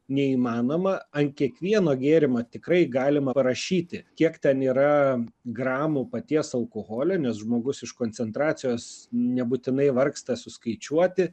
neįmanoma ant kiekvieno gėrimo tikrai galima parašyti kiek ten yra gramų paties alkoholio nes žmogus iš koncentracijos nebūtinai vargsta suskaičiuoti